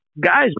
guys